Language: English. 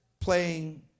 playing